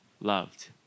loved